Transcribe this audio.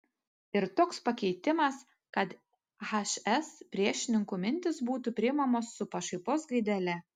ir toks pakeitimas kad hs priešininkų mintys būtų priimamos su pašaipos gaidele